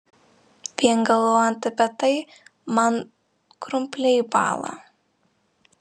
vien galvojant apie tai man krumpliai bąla